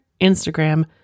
Instagram